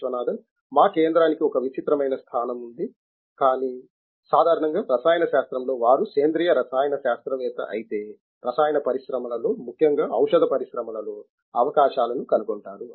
విశ్వనాథన్ మా కేంద్రానికి ఒక విచిత్రమైన స్థానం ఉంది కానీ సాధారణంగా రసాయన శాస్త్రంలో వారు సేంద్రియ రసాయన శాస్త్రవేత్త అయితే రసాయన పరిశ్రమలలో ముఖ్యంగా ఔషధ పరిశ్రమలో అవకాశాలను కనుగొంటారు